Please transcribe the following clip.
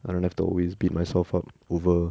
I don't have to always beat myself up over